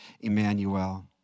Emmanuel